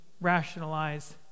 rationalize